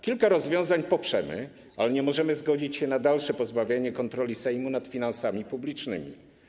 Kilka rozwiązań poprzemy, ale nie możemy zgodzić się na dalsze pozbawianie kontroli Sejmu nad finansami publicznymi.